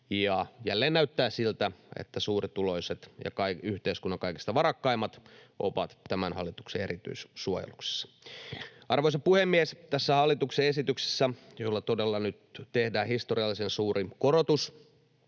Jälleen näyttää siltä, että suurituloiset ja yhteiskunnan kaikista varakkaimmat ovat tämän hallituksen erityissuojeluksessa. Arvoisa puhemies! Tässä hallituksen esityksessä todella nyt tehdään historiallisen suuri korotus